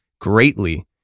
greatly